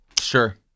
Sure